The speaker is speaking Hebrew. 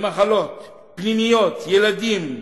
במחלות פנימיות, ילדים,